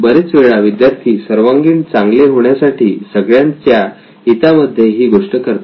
बरेच वेळा विद्यार्थी सर्वांगीण चांगले होण्यासाठी सगळ्यांच्या हिता मध्ये ही गोष्ट करतात